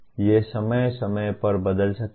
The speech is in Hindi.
ये समय समय पर बदल सकते हैं